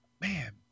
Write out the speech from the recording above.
man